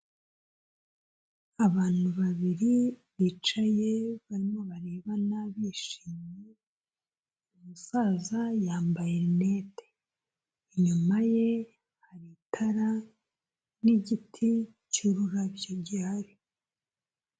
Abantu babiri bicaye barimo barebana bishimye umusaza yambaye rinete, inyuma ye hari itara n'igiti cy'ururabyo gihari.